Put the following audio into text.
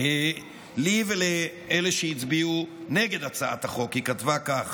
לי ולאלה שהצביעו נגד הצעת החוק היא כתבה: